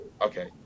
okay